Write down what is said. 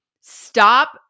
Stop